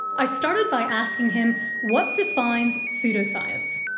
i started by asking him what defines pseudoscience.